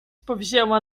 powzięła